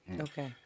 Okay